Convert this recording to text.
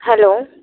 hello